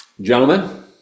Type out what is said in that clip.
Gentlemen